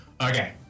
Okay